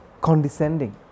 condescending